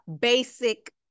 basic